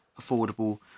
affordable